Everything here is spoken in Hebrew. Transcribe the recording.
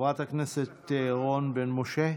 חברת הכנסת רון בן משה,